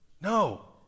No